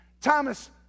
Thomas